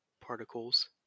particles